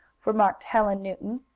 remarked helen newton,